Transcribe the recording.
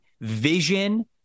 vision